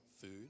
food